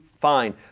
fine